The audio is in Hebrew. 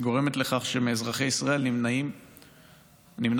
גורמת לכך שמאזרחי ישראל נמנעת האפשרות